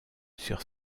sur